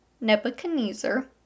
Nebuchadnezzar